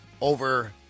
over